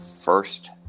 first